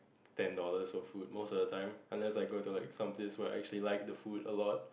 ten dollars of food most of the time unless I go to like someplace where I actually like the food a lot